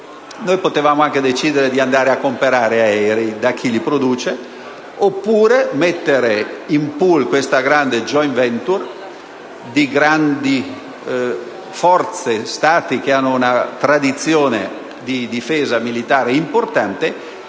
Noi potevamo anche decidere di andare a comprare aerei da chi li produce, oppure mettere in *pool* questa importante *joint venture* di grandi forze, di Stati che hanno una tradizione di difesa militare considerevole,